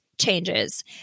changes